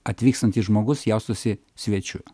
atvykstantis žmogus jaustųsi svečiu